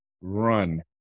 run